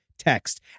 text